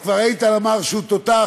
אז איתן כבר אמר שהוא תותח,